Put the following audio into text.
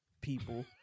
people